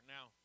Now